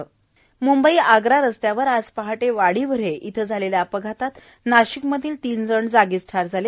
म्ंबई आग्रा रस्त्यावर आज पहाटे वाडीव्हरे इथं झालेल्या अपघातात नाशिक मधील तीन जण जागीच ठार झाले